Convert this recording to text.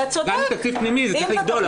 אם זה תקציב פנימי זה צריך לגדול,